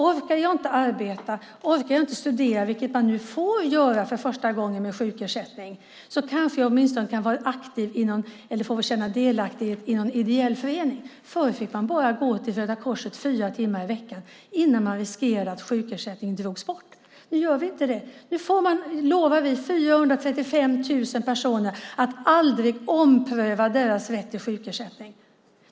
Orkar jag inte arbeta eller studera, vilket man nu för första gången får göra med sjukersättning, kanske jag åtminstone kan vara aktiv eller få känna delaktighet i någon ideell förening. Förr fick man bara gå till Röda Korset fyra timmar i veckan innan man riskerade att sjukersättningen drogs bort. Nu gör vi inte det. Nu lovar vi 435 000 personer att vi aldrig ska ompröva deras rätt till sjukersättning.